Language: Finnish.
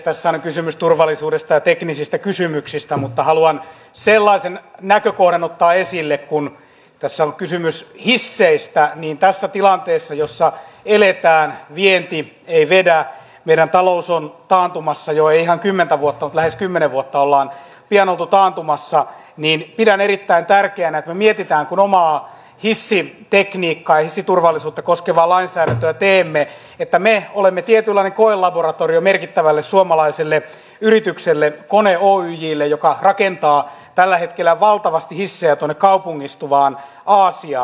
tässähän on kysymys turvallisuudesta ja teknisistä kysymyksistä mutta haluan sellaisen näkökohdan ottaa esille kun tässä on kysymys hisseistä että tässä tilanteessa jossa eletään vienti ei vedä meidän taloutemme on taantumassa ei ihan kymmentä vuotta mutta lähes kymmenen vuotta ollaan pian oltu taantumassa pidän erittäin tärkeänä että me mietimme kun omaa hissitekniikkaa hissiturvallisuutta koskevaa lainsäädäntöä teemme että me olemme tietynlainen koelaboratorio merkittävälle suomalaiselle yritykselle kone oyjlle joka rakentaa tällä hetkellä valtavasti hissejä kaupungistuvaan aasiaan